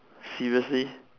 seriously